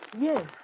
Yes